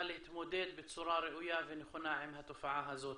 להתמודד בצורה ראויה ונכונה עם התופעה הזאת.